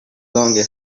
longer